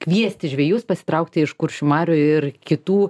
kviesti žvejus pasitraukti iš kuršių marių ir kitų